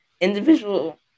individual